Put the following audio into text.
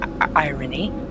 irony